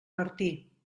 martí